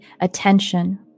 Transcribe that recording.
attention